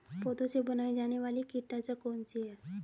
पौधों से बनाई जाने वाली कीटनाशक कौन सी है?